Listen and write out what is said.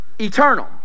eternal